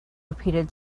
repeated